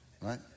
right